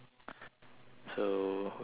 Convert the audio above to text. so will you pop out